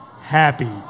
happy